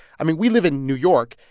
i mean, we live in new york,